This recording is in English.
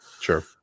sure